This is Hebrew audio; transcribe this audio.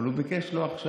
אבל הוא ביקש לא עכשיו,